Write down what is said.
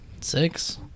six